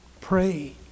Pray